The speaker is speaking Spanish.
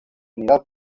unidad